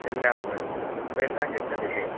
എല്ലാം ഉണ്ട് അപ്പം എല്ലാം കിട്ടത്തില്ലേ